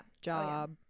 job